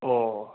ꯑꯣ